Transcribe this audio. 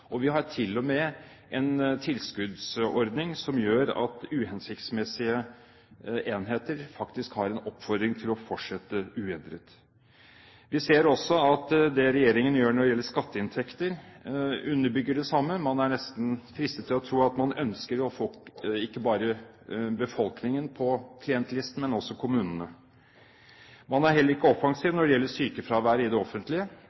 Vi har til og med en tilskuddsordning som gjør at uhensiktsmessige enheter faktisk har en oppfordring til å fortsette uendret. Vi ser også at det regjeringen gjør når det gjelder skatteinntekter, underbygger det samme. Man er nesten fristet til å tro at man ønsker å få ikke bare befolkningen på klientlisten, men også kommunene. Man er heller ikke offensiv når det gjelder sykefravær i det offentlige.